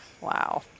Wow